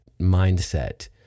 mindset